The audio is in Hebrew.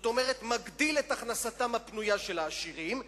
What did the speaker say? כלומר מגדיל את הכנסתם הפנויה של העשירים,